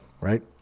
Right